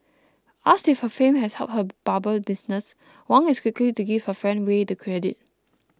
asked if her fame has helped her barber business Wang is quick to give her friend Way the credit